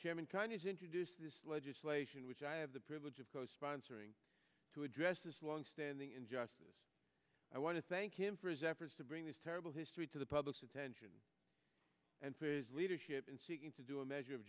chairman kind has introduced this legislation which i have the privilege of co sponsoring to address this long standing injustice i want to thank him for his efforts to bring this terrible history to the public's attention and for his leadership in seeking to do a measure of